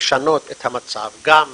לשנות את המצב, גם